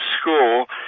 school